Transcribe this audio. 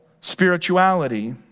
spirituality